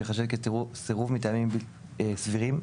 ייחשב כסירוב מטעמים סבירים.